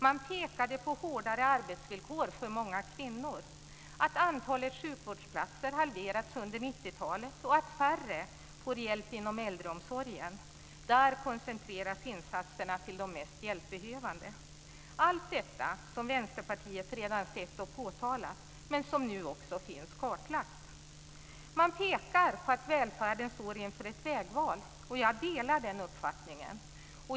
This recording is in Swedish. Man pekade på hårdare arbetsvillkor för många kvinnor, på att antalet sjukvårdsplatser hade halverats under 90-talet och att färre får hjälp inom äldreomsorgen. Där koncentreras insatserna till de mest hjälpbehövande. Allt detta har Vänsterpartiet redan sett och påtalat, och det finns nu också kartlagt. Man pekar på att välfärden står inför ett vägval, och jag delar den uppfattningen.